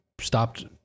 stopped